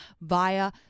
via